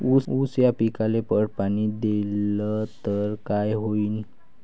ऊस या पिकाले पट पाणी देल्ल तर काय होईन?